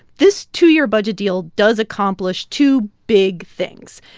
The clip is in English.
this two-year budget deal does accomplish two big things.